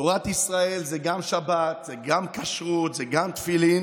תורת ישראל זה גם שבת, זה גם כשרות, זה גם תפילין,